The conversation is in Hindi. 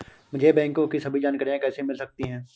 मुझे बैंकों की सभी जानकारियाँ कैसे मिल सकती हैं?